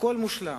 הכול מושלם?